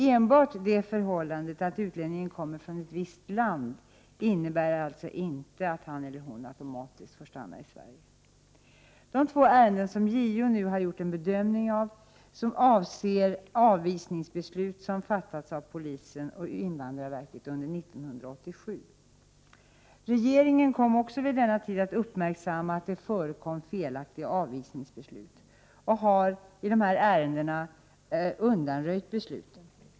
Enbart det förhållandet att utlänningen kommer från ett visst land innebär alltså inte att han eller hon automatiskt får stanna i Sverige. De två ärenden där JO nu har gjort en bedömning avser avvisningsbeslut som har fattats av polisen och invandrarverket under år 1987. Regeringen kom också vid denna tid att uppmärksamma att det förekommit felaktiga avvisningsbeslut och har i dessa ärenden undanröjt besluten.